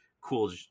cool